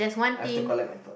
I have to collect my thought